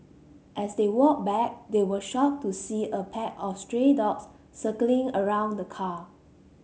as they walked back they were shocked to see a pack of stray dogs circling around the car